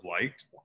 liked